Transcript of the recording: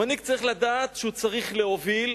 המנהיג צריך לדעת שהוא צריך להוביל,